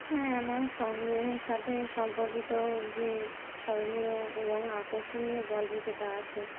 হ্যাঁ আমার সংগ্রহের সাথে সম্পর্কিত যে স্মরণীয় এবং আকর্ষণীয় গল্প যেটা আছে